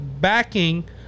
backing